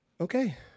Okay